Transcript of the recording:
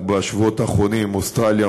רק בשבועות האחרונים עם אוסטרליה,